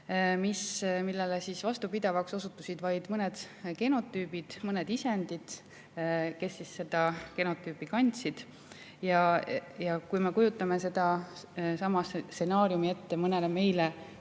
millele vastupidavaks osutusid vaid mõned genotüübid, mõned isendid, kes seda genotüüpi kandsid. Kui me kujutame sedasama stsenaariumi ette mõne meile